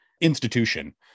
institution